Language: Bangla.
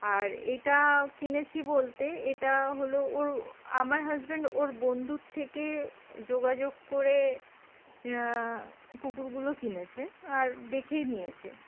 আর এটা কিনেছি বলতে এটা হলো ওর আমার হাজব্যান্ড ওর বন্ধুর থেকে যোগাযোগ করে কুকুরগুলো কিনেছে আর দেখেই নিয়েছে